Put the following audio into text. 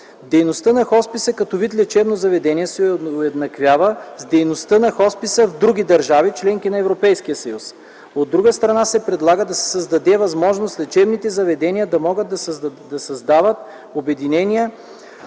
Дейността на хосписа като вид лечебно заведение се уеднаквява с дейността на хосписите в други държави – членки на Европейския съюз. От друга страна се предлага да се създаде възможност лечебните заведения да могат да създават обединения